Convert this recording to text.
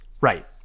Right